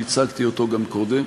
שהצגתי אותו גם קודם,